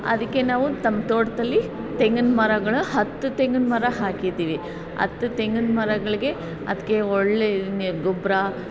ಅದಕ್ಕೆ ನಾವು ತಮ್ಮ ತೋಟದಲ್ಲಿ ತೆಂಗಿನ ಮರಗಳು ಹತ್ತು ತೆಂಗಿನ ಮರ ಹಾಕಿದ್ದೀವಿ ಹತ್ತು ತೆಂಗಿನ ಮರಗಳಿಗೆ ಅದಕ್ಕೆ ಒಳ್ಳೆಯ ಗೊಬ್ಬರ